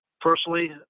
personally